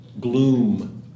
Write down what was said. Gloom